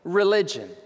religion